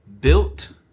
built